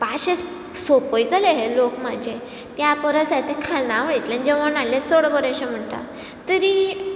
पाशेंस सोंपयतले हे लोक म्हाजे त्यापरस त्या खानावळींतल्यान जेवण हाडिल्लें चड बरें अशें म्हणटा तरी